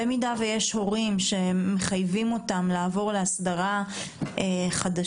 אם יש הורים שמחייבים אותם לעבור להסדרה חדשה,